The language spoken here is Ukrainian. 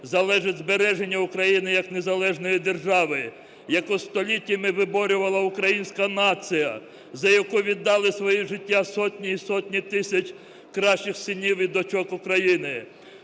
залежить збереження України як незалежної держави, яку століттями виборювала українська нація, за яку віддали своє життя сотні і сотні тисяч кращих синів і дочок України.